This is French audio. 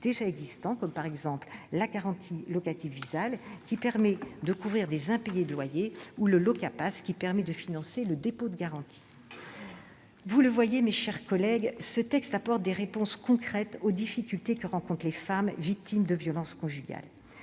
existants, comme la garantie locative Visale, qui permet de couvrir des impayés de loyers, ou le Loca-Pass, qui permet de financer le dépôt de garantie. Vous le voyez, mes chers collègues, ce texte apporte des réponses concrètes aux difficultés que rencontrent les femmes victimes de violences conjugales.